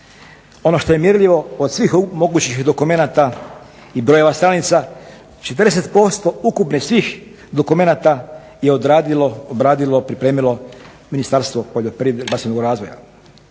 Ono što je mjerljivo od svih mogućih dokumenata i brojeva stranica 40% ukupnih svih dokumenata je odradilo, pripremilo Ministarstvo poljoprivrede, ribarstva